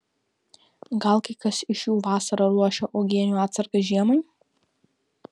gal kai kas iš jų vasarą ruošia uogienių atsargas žiemai